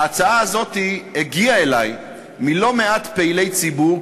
ההצעה הזאת הגיעה אלי מלא-מעט פעילי ציבור,